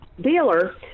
dealer